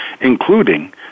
including